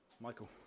Michael